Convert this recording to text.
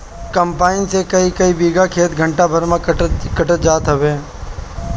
combine से कईकई बीघा खेत घंटा भर में कटात जात हवे